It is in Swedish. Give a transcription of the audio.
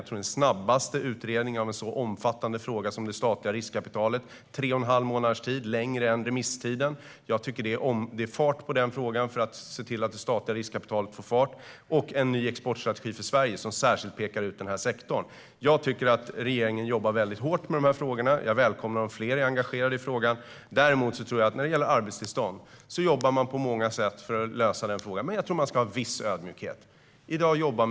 Jag tror att det är den snabbaste utredningen någonsin av en så omfattande fråga som det statliga riskkapitalet - tre och en halv månads tid, längre än remisstiden. Jag tycker att det är fart på den frågan för att se till att det statliga riskkapitalet får fart. Vi har också en ny exportstrategi för Sverige som särskilt pekar ut den här sektorn. Jag tycker att regeringen jobbar hårt med de här frågorna. Jag välkomnar att fler engagerar sig i dem. När det gäller arbetstillstånd tror jag däremot att man ska ha en viss ödmjukhet. Vi jobbar på många sätt för att lösa den frågan.